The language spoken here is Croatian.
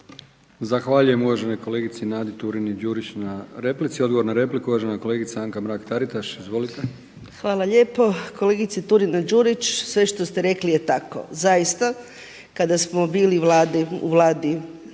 Zahvaljujem uvaženoj kolegici Nadi Turini-Đurić na replici. Odgovor na repliku uvažena kolegica Anka Mrak-Taritaš. Izvolite. **Mrak-Taritaš, Anka (HNS)** Hvala lijepo kolegice Turina-Đurić. Sve što ste rekli je tako. Zaista kada smo u Vladi